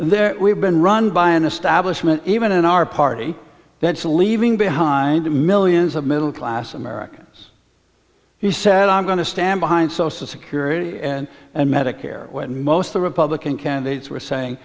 there we've been run by an establishment even in our party that's leaving behind millions of middle class americans he said i'm going to stand behind social security and medicare when most of the republican candidates were saying